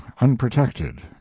unprotected